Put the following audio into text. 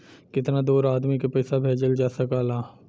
कितना दूर आदमी के पैसा भेजल जा सकला?